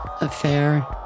affair